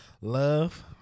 Love